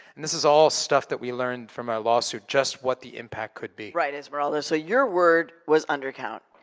and this is all stuff that we learned from our lawsuit, just what the impact could be. right, esmeralda. so your word was under count.